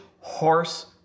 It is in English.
horse